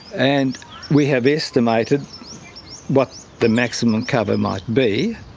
and we have estimated what the maximum cover might be,